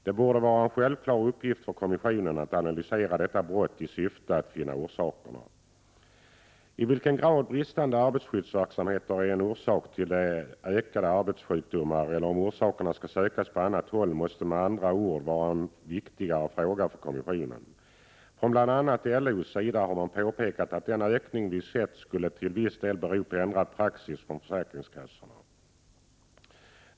Det borde vara en uppgift för kommissionen att analysera detta brott i syfte att finna orsaker. I vilken grad bristande arbetarskyddsverksamhet är en orsak till det ökade antalet arbetssjukdomar eller om orsakerna skall sökas på annat håll måste med andra ord vara en viktig fråga för kommissionen. Från bl.a. LO:s sida har man påpekat att den ökning vi sett skulle till viss del bero på ändrad praxis från försäkringskassorna.